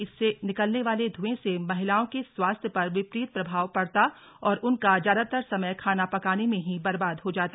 इससे निकलने वाले धुएं से महिलाओं के स्वस्थ्य पर विपरीत प्रभाव पड़ता और उनका ज्यादातर समय खाना पकाने में ही बर्बाद हो जाता